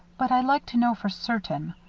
but i'd like to know for certain.